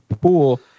pool